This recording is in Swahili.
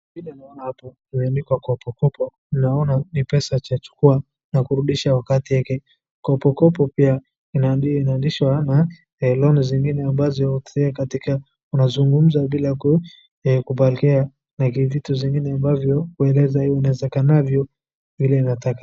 Vile ninaona hapo imeandikwa kopo kopo ninaona ni pesa ya kuchukua na kurudisha wakati yake, mkopo pia inarudishwa na [cs[ loan zingine ambayo unapatiwa, unazungumza bila kupokea na vitu zingine ambazo iwezekanavyo vile inatakikana.